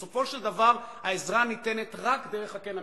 בסופו של דבר, העזרה ניתנת רק דרך הקן המשפחתי.